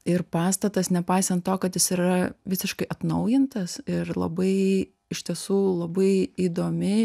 ir pastatas nepaisant to kad jis yra visiškai atnaujintas ir labai iš tiesų labai įdomi